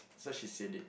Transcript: so she said it